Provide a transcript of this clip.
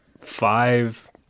five